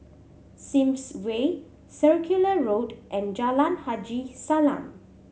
Sims Way Circular Road and Jalan Haji Salam